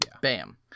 Bam